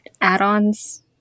add-ons